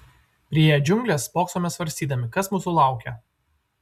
priėję džiungles spoksome svarstydami kas mūsų laukia